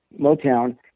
Motown